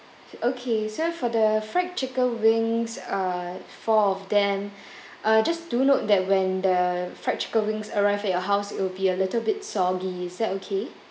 okay so for the fried chicken wings uh four of them uh just do note that when the fried chicken wings arrive at your house it will be a little bit soggy is that okay